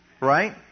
Right